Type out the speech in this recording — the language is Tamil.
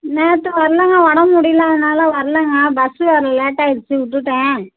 நேற்று வரலங்க உடம்பு முடியல அதனால் வரலங்க பஸ்ஸு வர லேட்டாயிருச்சு விட்டுட்டேன்